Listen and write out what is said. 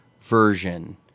version